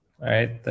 Right